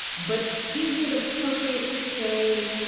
but is it appropriate to say